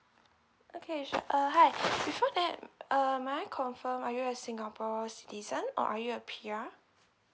okay sure uh hi before that err may I confirm are you a singapore citizen or are you a P_R